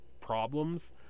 problems